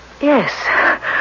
yes